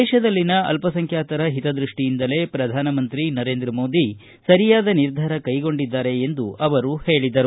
ದೇಶದಲ್ಲಿನ ಅಲ್ಲಸಂಖ್ಯಾತರ ಹಿತದ್ಯಷ್ಟಿಯಿಂದಲೇ ಪ್ರಧಾನ ಮಂತ್ರಿ ನರೇಂದ್ರ ಮೋದಿ ಸರಿಯಾದ ನಿರ್ಧಾರ ಕೈಗೊಂಡಿದ್ದಾರೆ ಎಂದು ಅವರು ಹೇಳಿದರು